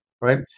right